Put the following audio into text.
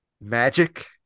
magic